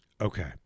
Okay